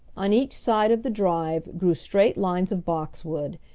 on each side of the drive grew straight lines of boxwood,